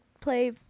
play